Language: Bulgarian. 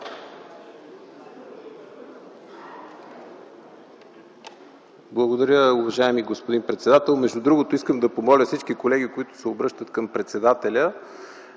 Благодаря Ви, уважаеми господин председател. Между другото, искам да помоля всички колеги, които се обръщат към председателя,